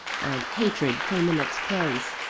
and hatred came in its place.